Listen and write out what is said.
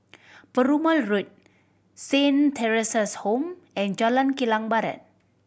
Perumal Road Saint Theresa's Home and Jalan Kilang Barat